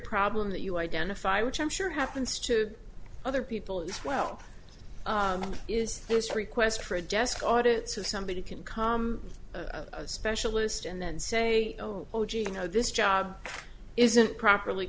problem that you identify which i'm sure happens to other people as well is this request for a desk audit so somebody can come to a specialist and then say oh gee you know this job isn't properly